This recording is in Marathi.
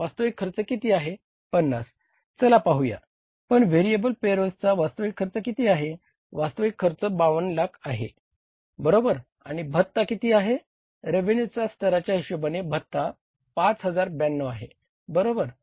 आता आपण व्हेरिएबल पेरोल्स स्तराच्या हिशोबाने भत्ता 5092 आहे बरोबर